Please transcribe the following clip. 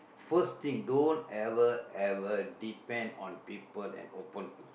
first thing don't ever ever depend on people and open food